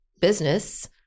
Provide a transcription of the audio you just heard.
business